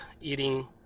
eating